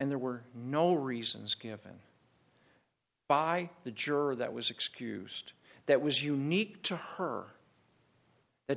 and there were no reasons given by the juror that was excused that was unique to her it